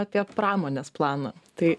apie pramonės planą tai